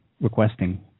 requesting